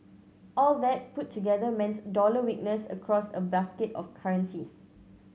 all that put together meant dollar weakness across a basket of currencies